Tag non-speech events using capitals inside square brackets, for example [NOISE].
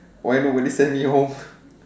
why nobody send me home [BREATH]